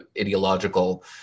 ideological